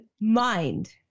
mind